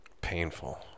painful